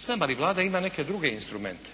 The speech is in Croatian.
Znam, ali Vlada ima neke druge instrumente.